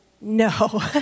no